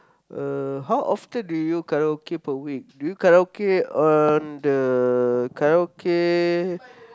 uh how often do you karaoke per week do you karaoke on the karaoke